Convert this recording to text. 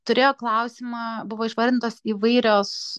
turėjo klausimą buvo išvardintos įvairios